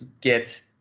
get